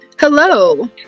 hello